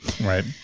right